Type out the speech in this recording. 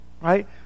right